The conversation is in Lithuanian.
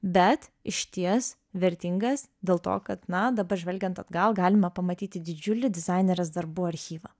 bet išties vertingas dėl to kad na dabar žvelgiant atgal galima pamatyti didžiulį dizainerės darbų archyvą